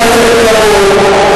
חברי הכנסת, תירגעו.